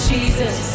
Jesus